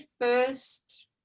first